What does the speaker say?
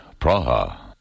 Praha